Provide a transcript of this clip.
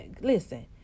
Listen